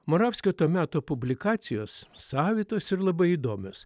moravskio to meto publikacijos savitos ir labai įdomios